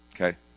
Okay